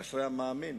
אשרי המאמין.